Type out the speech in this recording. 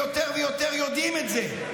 ויותר ויותר יודעים את זה,